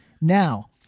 Now